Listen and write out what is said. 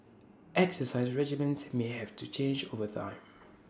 exercise regimens may have to change over time